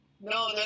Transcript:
No